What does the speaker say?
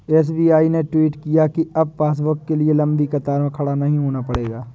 SBI ने tweet किया कि अब पासबुक के लिए लंबी कतार में खड़ा नहीं होना पड़ेगा